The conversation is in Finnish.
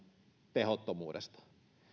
tehottomuudesta